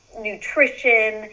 nutrition